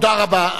תודה רבה.